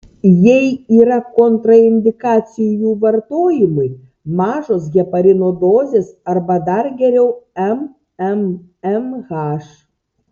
jei yra kontraindikacijų jų vartojimui mažos heparino dozės arba dar geriau mmmh